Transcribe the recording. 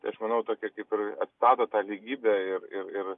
tai aš manau tokia kaip ir atsirado ta lygybė ir ir ir